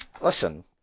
Listen